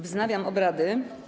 Wznawiam obrady.